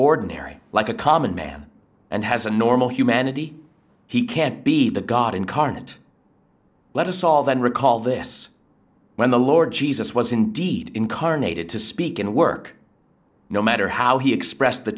ordinary like a common man and has a normal humanity he can't be the god incarnate let us all then recall this when the lord jesus was indeed incarnated to speak and work no matter how he expressed the